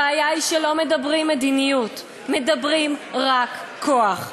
הבעיה היא שלא מדברים מדיניות, מדברים רק כוח.